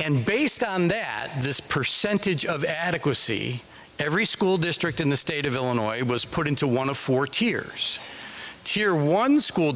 and based on that this percentage of adequacy every school district in the state of illinois it was put into one of fourteen years tier one school